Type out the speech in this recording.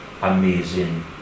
amazing